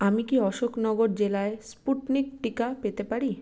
আমি কি অশোকনগর জেলায় স্পুটনিক টিকা পেতে পারি